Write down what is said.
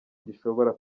gishobora